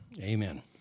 Amen